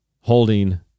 holding